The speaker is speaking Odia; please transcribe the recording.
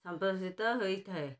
ସମ୍ପ୍ରଷିତ ହୋଇଥାଏ